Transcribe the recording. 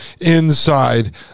inside